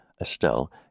Estelle